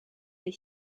les